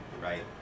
right